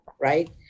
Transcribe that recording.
right